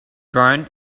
drone